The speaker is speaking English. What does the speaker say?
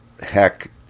Heck